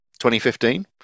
2015